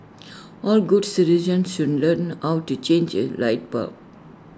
all good citizens should learn how to change A light bulb